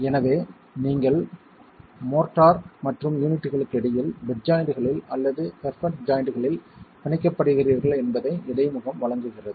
எனவே நீங்கள் மோர்ட்டார் மற்றும் யூனிட்களுக்கு இடையில் பெட் ஜாய்ண்ட்களில் அல்லது பெர்பென்ட் ஜாய்ண்ட்களில் பிணைக்கப்படுகிறீர்கள் என்பதை இடைமுகம் வழங்குகிறது